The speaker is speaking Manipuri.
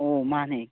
ꯑꯣ ꯃꯥꯅꯦ